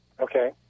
Okay